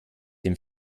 dem